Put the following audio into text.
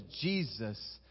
Jesus